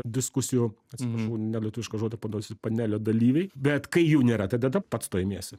diskusijų atsiprašau ne lietuvišką žodį panaudosiu panelio dalyviai bet kai jų nėra tai tada pats to imiesi